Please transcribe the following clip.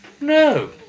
No